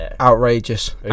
outrageous